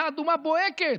למדינה אדומה בוהקת,